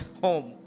home